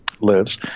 lives